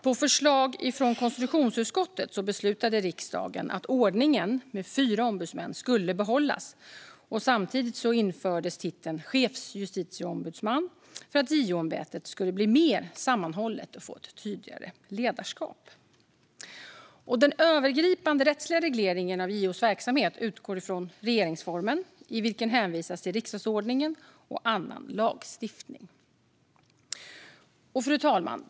På förslag från konstitutionsutskottet beslutade riksdagen att ordningen med fyra ombudsmän skulle behållas, och samtidigt infördes titeln chefsjustitieombudsman för att JO-ämbetet skulle bli mer sammanhållet och få ett tydligare ledarskap. Den övergripande rättsliga regleringen av JO:s verksamhet utgår från regeringsformen i vilken hänvisas till riksdagsordningen och annan lagstiftning. Fru talman!